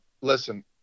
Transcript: Listen